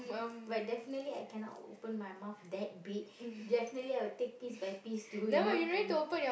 but definitely I cannot open my mouth that big definitely I would take piece by piece to you know to my